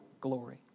glory